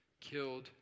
killed